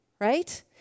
right